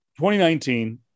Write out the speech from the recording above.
2019